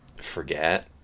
forget